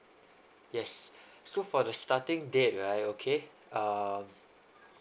yes so for the starting date right okay um